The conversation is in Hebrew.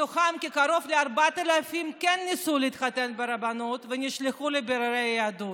מתוכם קרוב ל-4,000 כן ניסו להתחתן ברבנות ונשלחו לבירור היהדות.